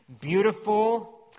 beautiful